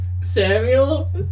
Samuel